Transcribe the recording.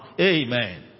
Amen